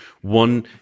One